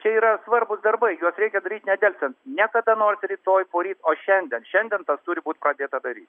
čia yra svarbūs darbai juos reikia daryt nedelsiant ne kada nors rytoj poryt o šiandien šiandien tas turi būt pradėta daryt